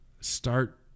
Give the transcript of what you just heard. start